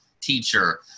teacher